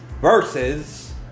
versus